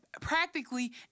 practically